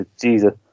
Jesus